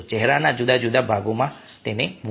ચહેરાના જુદા જુદા ભાગોમાં મૂકો